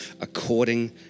according